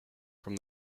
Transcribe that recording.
from